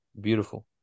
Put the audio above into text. beautiful